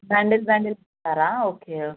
bundles bundles ఇస్తారా okay